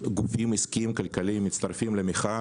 גופים עסקיים כלכליים למחאה.